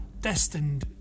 destined